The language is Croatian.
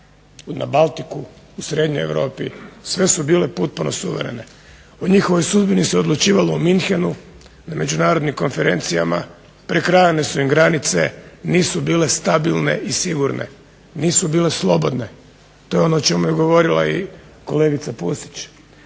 Na Baltiku, Srednjoj Europi, sve su bile potpuno suverene. O njihovoj sudbini se odlučivalo u Münchenu na međunarodnim konferencijama, prekrajane su im granice, nisu bile stabilne i sigurne, nisu bile slobodne. To je ono o čemu je govorila kolegica Pusić.